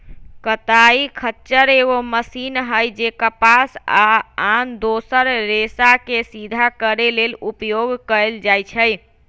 कताइ खच्चर एगो मशीन हइ जे कपास आ आन दोसर रेशाके सिधा करे लेल उपयोग कएल जाइछइ